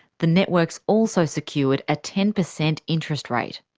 the networks also secured a ten percent interest rate.